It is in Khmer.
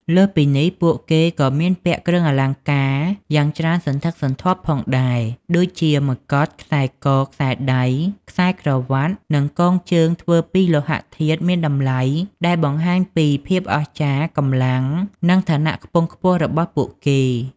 លើសពីនេះ ពួកគេក៏មានពាក់គ្រឿងអលង្ការយ៉ាងច្រើនសន្ធឹកសន្ធាប់ផងដែរ ដូចជា មកុដ ខ្សែក ខ្សែដៃ ខ្សែក្រវាត់ និងកងជើងធ្វើពីលោហៈធាតុមានតម្លៃ ដែលបង្ហាញពីភាពអស្ចារ្យ កម្លាំង និងឋានៈខ្ពង់ខ្ពស់របស់ពួកគេ។